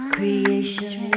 Creation